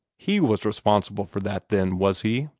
he was responsible for that, then, was he?